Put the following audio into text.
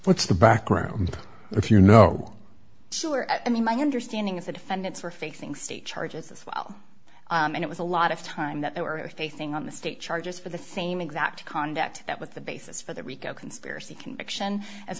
what's the background if you know sure i mean my understanding is the defendants were facing state charges as well and it was a lot of time that they were facing on the state charges for the same exact conduct that with the basis for the rico conspiracy conviction as